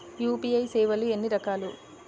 UPI సేవలు ఎన్నిరకాలు?